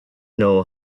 know